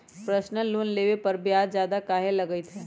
Personal loan लेबे पर ब्याज ज्यादा काहे लागईत है?